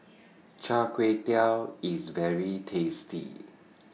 Char Kway Teow IS very tasty